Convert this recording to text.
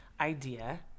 idea